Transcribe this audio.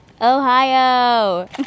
Ohio